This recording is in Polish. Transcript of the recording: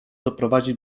doprowadzi